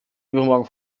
übermorgen